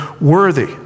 worthy